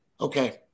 okay